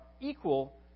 equal